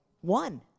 One